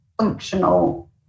functional